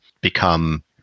become